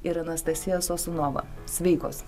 ir anastasija sosunova sveikos